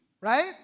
right